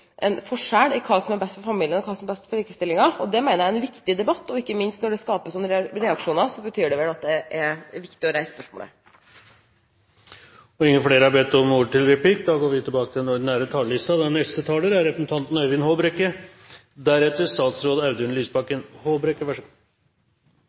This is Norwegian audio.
en forskjell i hva som er best for familien, og hva som er best for likestillingen. Det mener jeg er en viktig debatt – ikke minst når det skapes sånne reaksjoner, betyr det vel at det er viktig å reise spørsmålet. Replikkordskiftet er omme. Mange av de viktige spørsmålene som behandles i denne innstillingen, lar seg ikke omtale med full rettferdighet på 5 minutter. Men vi får prøve. Ungene er